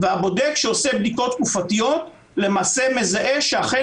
והבודק שעושה בדיקות תקופתיות מזהה שאכן